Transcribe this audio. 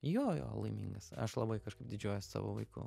jo jo laimingas aš labai kažkaip didžiuojuosi savo vaiku